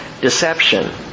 deception